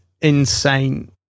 insane